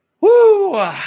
Woo